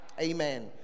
Amen